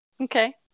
Okay